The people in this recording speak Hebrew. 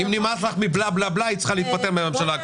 אם נמאס לך מבלה-בלה-בלה היית צריכה להתפטר מן הממשלה הקודמת.